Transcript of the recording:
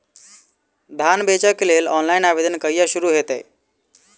धान बेचै केँ लेल ऑनलाइन आवेदन कहिया शुरू हेतइ?